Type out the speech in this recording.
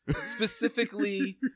specifically